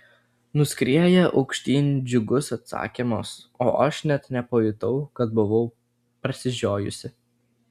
nuskrieja aukštyn džiugus atsakymas o aš net nepajutau kad buvau prasižiojusi